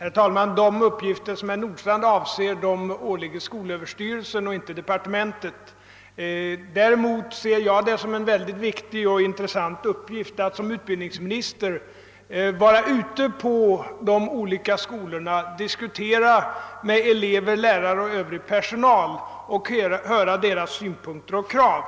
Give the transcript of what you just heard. Herr talman! De uppgifter beträffande kursplaner och målsättning som herr Nordstrandh avser åligger skolöverstvrelsen och inte departementet. Däremot betraktar jag det som en mycket viktig och intressant uppgift för mig som utbildningsminister att besöka de olika skolorna, diskutera med elever, lärare och övrig personal och få del av deras synpunkter och krav.